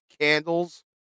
candles